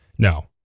No